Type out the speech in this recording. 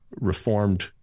reformed